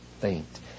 faint